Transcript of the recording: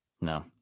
No